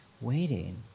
waiting